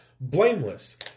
blameless